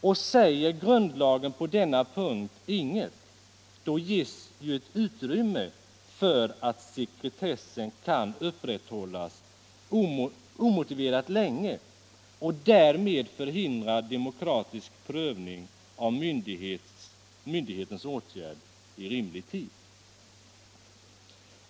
Och säger grundlagen på denna punkt inget, då ges ett utrymme för att sekretessen kan upprätthållas omotiverat länge och därmed förhindra demokratisk prövning av myndighetens åtgärd — 1 rimlig tid.